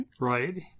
Right